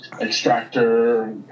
extractor